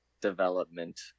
development